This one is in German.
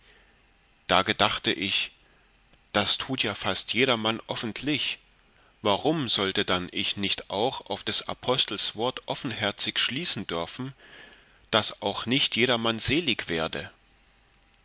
da gedachte ich das tut ja fast jedermann offentlich warum sollte dann ich nicht auch auf des apostels wort offenherzig schließen dörfen daß auch nicht jedermann selig werde